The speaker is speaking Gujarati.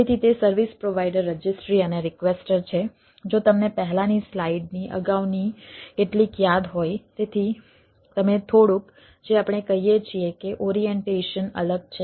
તેથી તે સર્વિસ પ્રોવાઈડર રજિસ્ટ્રી અને રિક્વેસ્ટર છે જો તમને પહેલાની સ્લાઇડ્સ અલગ છે